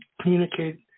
communicate